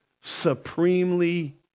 supremely